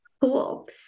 Cool